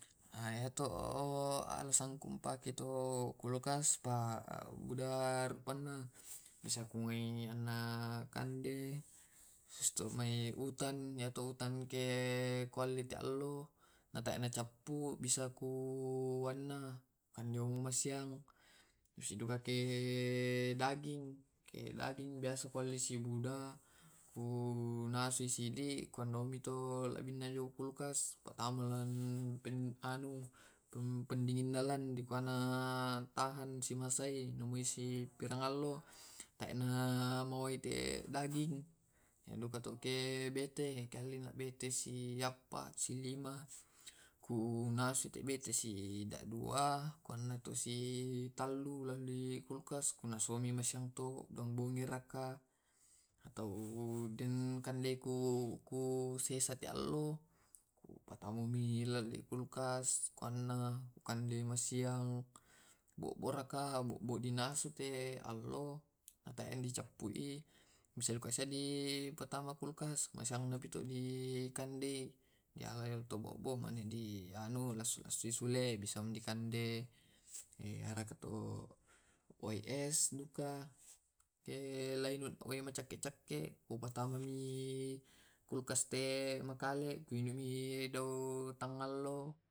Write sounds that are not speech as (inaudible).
Iyatu alasanna tu ku alli kulkas, yang tu lain kuan anna kulain ten, (unintelligible) yang tulan denganna kulen, (unintelligible) inanna bale kulen, inanna sisa-sisana apa kande yantu buhibu obu obulan, innanna wai supaya madingin toi, inanna tuai buah-buahan iyan kidin meloi majama atau pesta, iyameto dipatamai wai na majadi es batu tulen. (noise) ya jis timaraiaki. (unintelligible) Bisa jugai ripatamaiki es krim na membeku, na dikande, bisa dukai (hesitation) pasidukaui ri patamai wai. iyatu kulkaske wana (hesitation) (hesitation) biasa si setengah juta ellinna, biasa dua juta ellinna. Ehh (hesitation) iya ke kualli di saat- saat anupi kualii (hesitation) (hesitation) iyapi tu na ala, iyapi tu na alle kulkasku lan semacam kande kande lan iyamutu, iyamutu sikande kande lan. (noise)